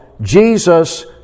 Jesus